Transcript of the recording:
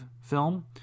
film